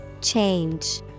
Change